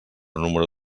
número